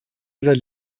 unser